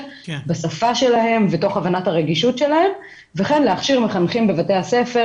בשפה שלהם ותוך הבנת הרגישות שלהם וכן להכשיר מחנכים בבתי הספר